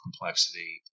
complexity